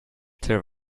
there